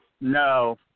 No